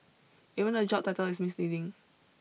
even the job title is misleading